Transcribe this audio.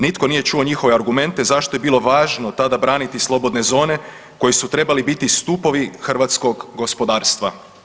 Nitko nije čuo njihove argumente zašto je bilo važno tada braniti slobodne zone koji su trebali biti stupovi hrvatskog gospodarstva.